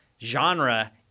genre